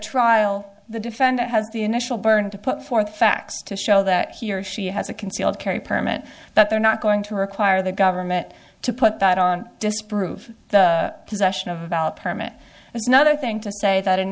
trial the defendant has the initial burn to put forth facts to show that he or she has a concealed carry permit that they're not going to require the government to put that on disprove the possession of a valid permit it's another thing to say that an